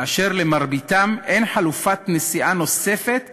ולרובם אין חלופת נסיעה נוספת במוצאי-שבת.